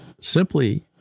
Simply